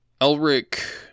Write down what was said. Elric